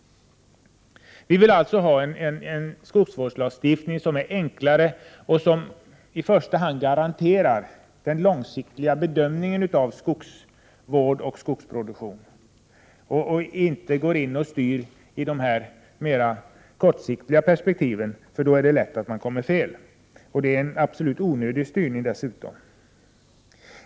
Vi vill alltså ha en skogsvårdslagstiftning som är enklare och som i första hand garanterar den långsiktiga bedömningen av skogsvård och skogsproduktion och inte går in och styr i mera kortsiktiga perspektiv, för då är det lätt att man kommer fel. Det är dessutom en absolut onödig styrning.